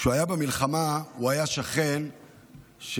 שבמלחמה הוא היה שכן של